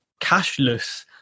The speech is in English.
cashless